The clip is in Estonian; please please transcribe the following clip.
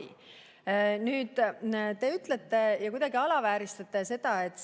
elanikkonnast. Te kuidagi alavääristate seda, et